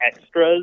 extras